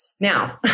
Now